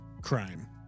crime